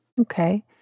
Okay